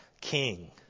king